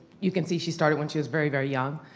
you can see she started when she was very, very young.